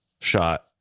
shot